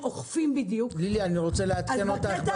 הם לא הבינו מה הם אוכפים בדיוק בקטע